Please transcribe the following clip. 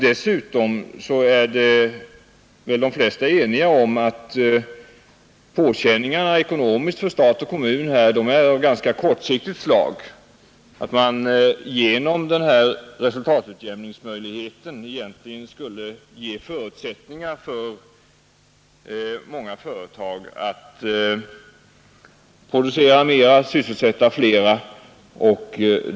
Dessutom är de flesta eniga om att påkänningarna för stat och kommun är ganska kortsiktiga; genom resultatutjämningsmöjligheten skapar man egentligen förutsättningar för många företag att producera mera och sysselsätta flera.